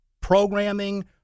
programming